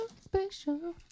special